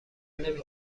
نمی